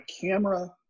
camera